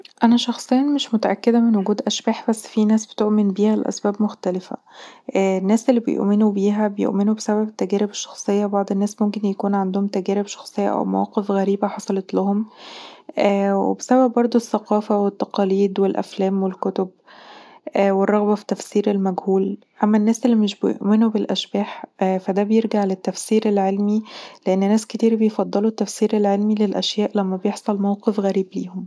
أنا شخصيًا مش متأكده من وجود الأشباح، بس في ناس بتؤمن بيها لأسباب مختلفة. الناس اللي بيؤمنوا بيها بيؤمنوا بسبب تجارب شخصية بعض الناس ممكن يكون عندهم تجارب شخصية أو مواقف غريبة حصلت لهم، وبسبب برضو الثقافه والتقاليد والأفلام والكتب والرغبه في تفسير المجهول، اما الناس اللي مش بيؤمنوا بالأشباح فده بيرجع للتفسير العلمي لان ناس كتير بيفضلوا التفسير العلمي للأشياء لما بيحصل موقف غريب ليهم